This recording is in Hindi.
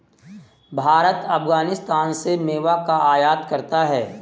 भारत अफगानिस्तान से मेवा का आयात करता है